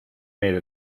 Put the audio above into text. made